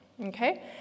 Okay